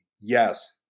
yes